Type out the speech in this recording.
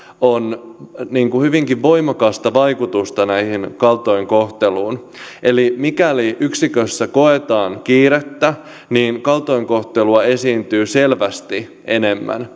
on hyvinkin voimakasta vaikutusta tähän kaltoinkohteluun eli mikäli yksikössä koetaan kiirettä niin tässä tapauksessa kaltoinkohtelua esiintyy selvästi enemmän